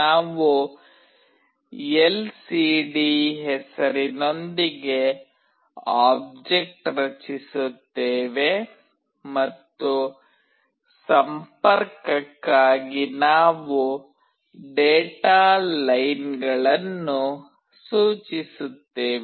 ನಾವು ಎಲ್ಸಿಡಿ ಹೆಸರಿನೊಂದಿಗೆ ಆಬ್ಜೆಕ್ಟ್ ರಚಿಸುತ್ತೇವೆ ಮತ್ತು ಸಂಪರ್ಕಕ್ಕಾಗಿ ನಾವು ಡೇಟಾ ಲೈನ್ಗಳನ್ನು ಸೂಚಿಸುತ್ತೇವೆ